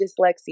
dyslexia